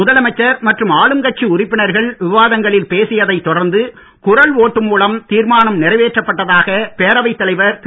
முதலமைச்சர் மற்றும் ஆளுங்கட்சி உறுப்பினர்கள் விவாதங்களில் பேசியதை தொடர்ந்து குரல் ஓட்டு நிறைவேற்றப்பட்டதாக பேரவைத் தலைவர் திரு